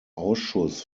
ausschuss